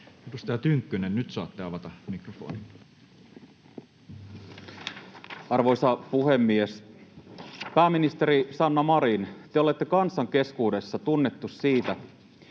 Edustaja Tynkkynen, nyt saatte avata mikrofonin. Arvoisa puhemies! Pääministeri Sanna Marin, te olette kansan keskuudessa tunnettu siitä,